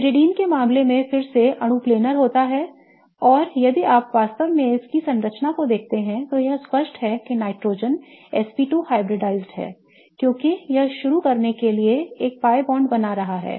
pyridine के मामले में फिर से अणु प्लेनर होता है और यदि आप वास्तव में इस संरचना को देखते हैं तो यह स्पष्ट है कि नाइट्रोजन sp2 हाइब्रिडाइज्ड है क्योंकि यह शुरू करने के लिए एक pi बांड बना रहा है